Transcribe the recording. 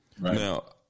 Now